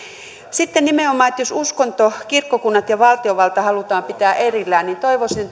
sitten nimenomaan jos uskonto kirkkokunnat ja valtiovalta halutaan pitää erillään niin toivoisin